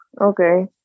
okay